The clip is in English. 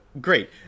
Great